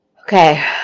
okay